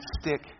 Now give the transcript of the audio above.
stick